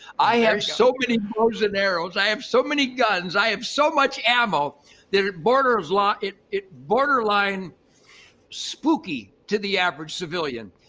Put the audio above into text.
i have so many bows and arrows. i have so many guns. i have so much ammo that it borders line, it it borderline spooky to the average civilian,